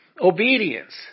obedience